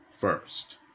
first